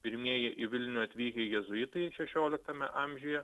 pirmieji į vilnių atvykę jėzuitai šešioliktame amžiuje